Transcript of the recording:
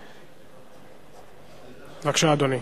בבקשה, אדוני.